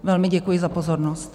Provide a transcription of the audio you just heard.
Velmi děkuji za pozornost.